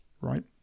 right